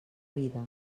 vida